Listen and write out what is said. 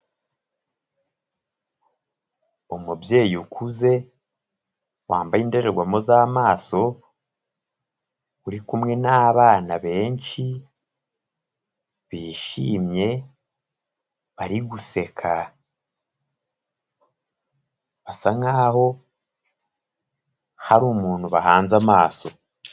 Umubyeyi ukuze wambaye indorerwamo z'amaso, uri kumwe n'abana benshi, bishimye bari guseka basa nkaho hari umuntu bahanze amaso.